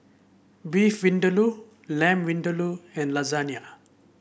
Beef Vindaloo Lamb Vindaloo and